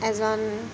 এজন